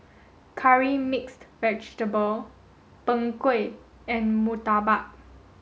Curry mixed vegetable Png Kueh and Murtabak